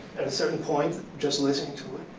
a certain point, just listening to it.